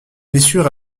blessure